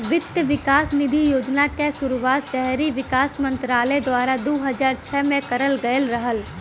वित्त विकास निधि योजना क शुरुआत शहरी विकास मंत्रालय द्वारा दू हज़ार छह में करल गयल रहल